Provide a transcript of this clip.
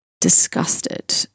disgusted